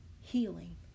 Healing